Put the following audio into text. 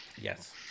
Yes